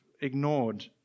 ignored